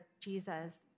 Jesus